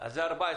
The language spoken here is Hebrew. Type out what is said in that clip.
אז זה 14,